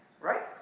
Right